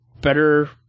better